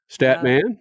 Statman